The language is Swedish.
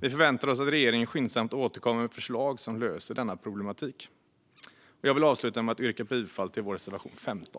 Vi förväntar oss att regeringen skyndsamt återkommer med förslag som löser denna problematik. Jag vill avsluta med att yrka bifall till vår reservation 15.